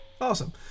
Awesome